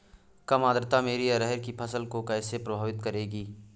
कम आर्द्रता मेरी अरहर की फसल को कैसे प्रभावित करेगी?